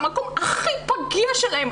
במקום הכי פגיע שלהן,